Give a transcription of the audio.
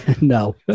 No